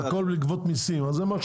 הכל לגבות מיסים,